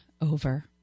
over